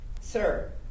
Sir